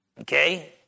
Okay